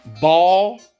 Ball